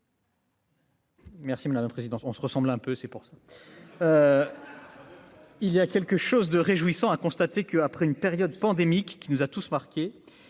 Merci la présidence on se ressemble un peu, c'est pour ça, il y a quelque chose de réjouissant, a constaté que, après une période pandémique qui nous a tous marqués,